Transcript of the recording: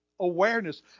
awareness